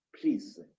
Please